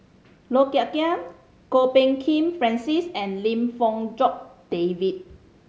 Low Thia Khiang Kwok Peng Kin Francis and Lim Fong Jock David